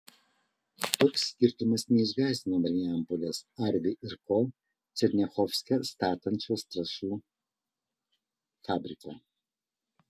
toks skirtumas neišgąsdino marijampolės arvi ir ko černiachovske statančios trąšų fabriką